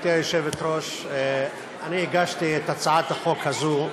גברתי היושבת-ראש, אני הגשתי את הצעת החוק הזאת,